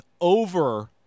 over